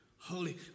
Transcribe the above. holy